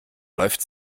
läuft